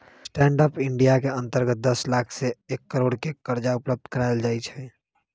stand up India के अंतर्गत दस लाख से एक करोड़ के करजा उपलब्ध करायल जाइ छइ